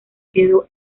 quedó